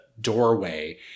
doorway